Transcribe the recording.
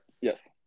Yes